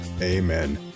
Amen